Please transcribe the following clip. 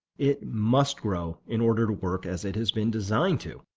it must grow in order to work as it has been designed to.